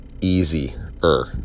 easier